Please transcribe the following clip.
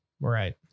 Right